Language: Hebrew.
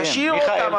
תשאיר אותם,